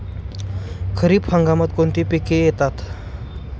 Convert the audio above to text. खरीप हंगामात कोणती पिके येतात?